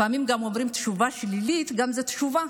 לפעמים גם תשובה שלילית היא תשובה,